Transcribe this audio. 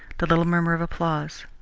the little murmur of applause.